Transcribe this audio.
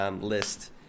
list